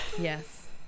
Yes